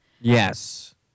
Yes